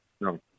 No